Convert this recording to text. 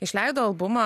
išleido albumą